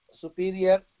superior